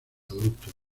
adultos